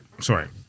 Sorry